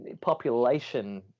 population